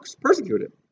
persecuted